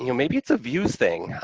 you know maybe it's a views thing.